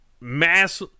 mass